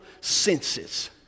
senses